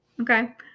Okay